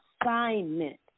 assignment